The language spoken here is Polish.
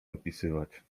opisywać